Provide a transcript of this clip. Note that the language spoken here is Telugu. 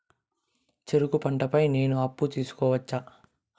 చెరుకు పంట పై నేను అప్పు తీసుకోవచ్చా?